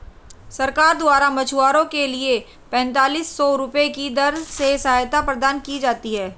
सरकार द्वारा मछुआरों के लिए पेंतालिस सौ रुपये की दर से सहायता प्रदान की जाती है